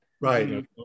Right